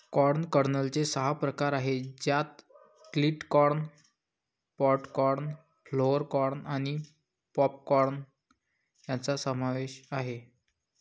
corn कर्नलचे सहा प्रकार आहेत ज्यात flint corn, pod corn, flour corn आणि पॉप कॉर्न यांचा समावेश आहे